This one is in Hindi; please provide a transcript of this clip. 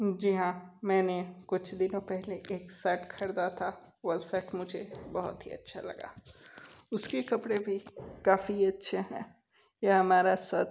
जी हाँ मैंने कुछ दिनों पेहले एक शर्ट खरीदा था वह शर्ट मुझे बहुत ही अच्छा लगा उसके कपड़ा भी काफ़ी अच्छा है या हमारा सट